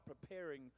preparing